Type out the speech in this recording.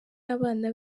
abana